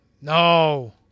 No